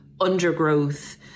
undergrowth